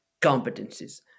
competencies